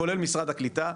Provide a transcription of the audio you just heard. כולל משרד הקליטה,